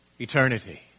eternity